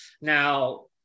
Now